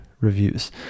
reviews